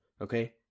Okay